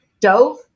Dove